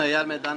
אני אייל מדן,